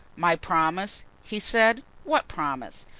my promise, he said, what promise?